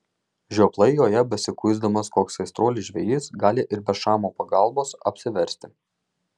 žioplai joje besikuisdamas koks aistruolis žvejys gali ir be šamo pagalbos apsiversti